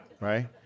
right